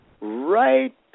right